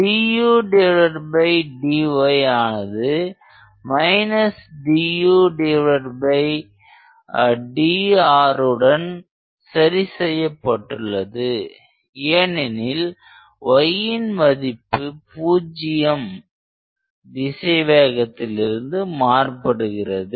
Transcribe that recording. dudy ஆனது dudr உடன் சரி செய்யப்பட்டுள்ளது ஏனெனில் yன் மதிப்பு பூஜ்ஜியம் திசை வேகத்திலிருந்து மாறுபடுகிறது